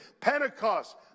Pentecost